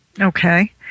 Okay